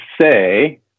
say